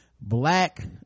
black